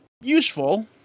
useful